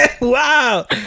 Wow